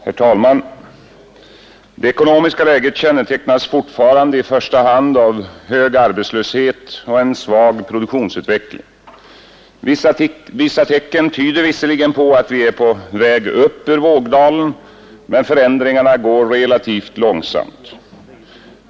Herr talman! Det ekonomiska läget kännetecknas fortfarande i första hand av hög arbetslöshet och en svag produktionsutveckling. Vissa tecken tyder visserligen på att vi är på väg upp ur vågdalen, men förändringarna går relativt långsamt.